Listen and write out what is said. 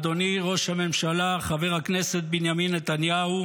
אדוני ראש הממשלה חבר הכנסת בנימין נתניהו,